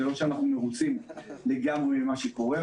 זה לא שאנחנו מרוצים לגמרי ממה שקורה,